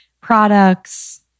products